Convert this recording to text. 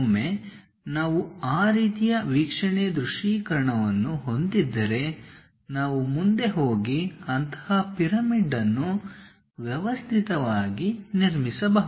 ಒಮ್ಮೆ ನಾವು ಆ ರೀತಿಯ ವೀಕ್ಷಣೆ ದೃಶ್ಯೀಕರಣವನ್ನು ಹೊಂದಿದ್ದರೆ ನಾವು ಮುಂದೆ ಹೋಗಿ ಅಂತಹ ಪಿರಮಿಡ್ ಅನ್ನು ವ್ಯವಸ್ಥಿತವಾಗಿ ನಿರ್ಮಿಸಬಹುದು